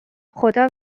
خدا